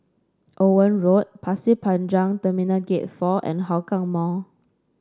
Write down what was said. Owen Road Pasir Panjang Terminal Gate Four and Hougang Mall